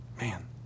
Man